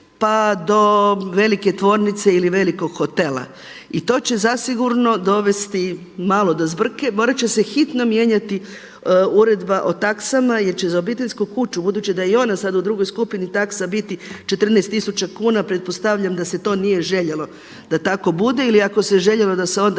pa do velike tvornice ili velikog hotela i to će zasigurno dovesti malo do zbrke. Morat će se hitno mijenjati Uredba o taksama, jer će za obiteljsku kuću, budući da je i ona sad u drugoj skupini taksa biti 14000 kuna. Pretpostavljam da se to nije željelo da tako bude ili ako se željelo da se onda